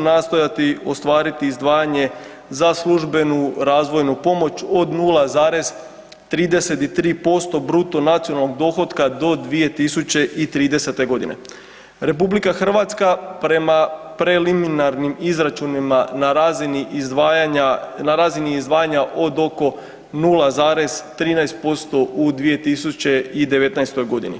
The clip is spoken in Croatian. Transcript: nastojati ostvariti izdvajanje za službenu razvojnu pomoć od 0,33% bruto nacionalnog dohotka do 2030. godine RH prema preliminarnim izračunima na razini izdvajanja od oko 0,13% u 2019. godini.